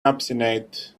obstinate